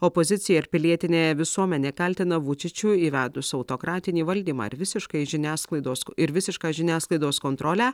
opozicija ir pilietinė visuomenė kaltina vučičių įvedus autokratinį valdymą ir visiškai žiniasklaidos ku ir visišką žiniasklaidos kontrolę